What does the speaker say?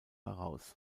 heraus